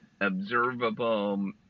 observable